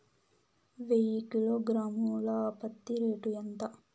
వెయ్యి కిలోగ్రాము ల పత్తి రేటు ఎంత?